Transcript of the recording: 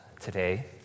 today